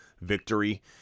victory